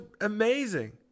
amazing